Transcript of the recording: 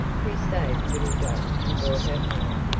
who saved little dot and brought her home.